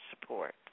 support